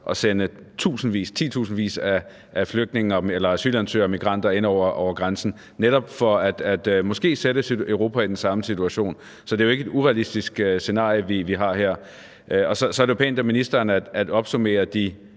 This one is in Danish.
at sende titusindvis af asylansøgere og migranter ind over grænsen, måske netop for at sætte Europa i den samme situation. Så det er jo ikke et urealistisk scenarie, vi har her. Og så er det jo pænt af ministeren at opridse de